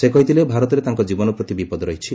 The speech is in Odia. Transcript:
ସେ କହିଥିଲେ ଭାରତରେ ତାଙ୍କ ଜୀବନ ପ୍ରତି ବିପଦ ରହିଛି